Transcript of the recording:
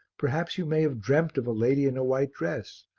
perhaps you may have dreamt of a lady in a white dress,